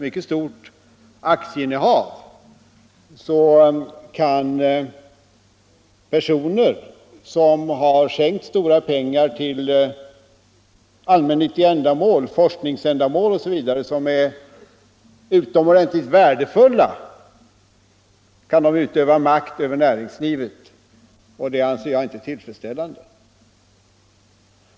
Genom dessa kan personer som har skänkt stora belopp till allmännyttiga ändamål, forskningsändamål osv. — vilka är utomordentligt angelägna —- utöva makt över näringslivet, och det anser jag inte tillfredsställande.